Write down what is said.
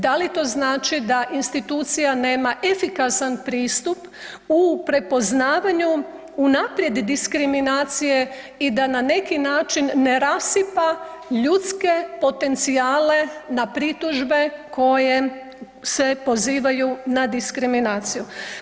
Da li to znači da institucija nema efikasan pristup u prepoznavanju unaprijed diskriminacije i da na neki način ne rasipa ljudske potencijale na pritužbe koje se pozivaju na diskriminaciju?